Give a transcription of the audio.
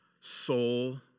soul